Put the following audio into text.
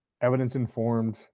evidence-informed